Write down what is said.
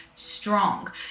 strong